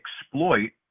exploit